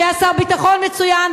שהיה שר ביטחון מצוין,